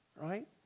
right